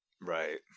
Right